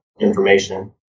information